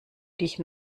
dich